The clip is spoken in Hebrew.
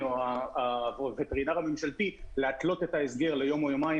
או הווטרינר הממשלתי להתלות את ההסגר ליום או יומיים